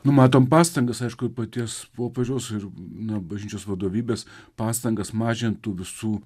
nu matom pastangas aišku paties popiežiaus ir na bažnyčios vadovybės pastangas mažint tų visų